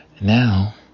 Now